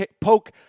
poke